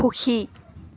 সুখী